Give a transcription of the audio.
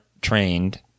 trained